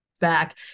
back